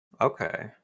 Okay